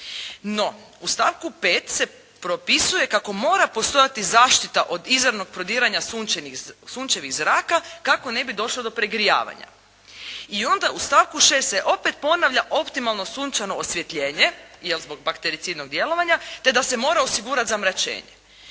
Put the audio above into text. No, u stavku 5. se propisuje kako mora postojati zaštita od izravnog prodiranja sunčevih zraka, kako ne bi došlo do pregrijavanja. I onda u stavku 6. se opet ponavlja optimalno sunčevo osvjetljenje, jel' zbog baktericidnog djelovanja, te da se mora osigurati zamračenje.